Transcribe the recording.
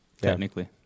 Technically